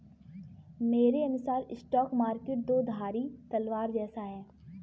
मेरे अनुसार stock market दो धारी तलवार जैसा है